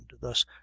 thus